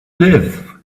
live